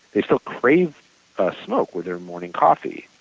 they still crave a smoke with their morning coffee.